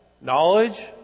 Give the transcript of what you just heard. Knowledge